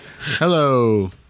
Hello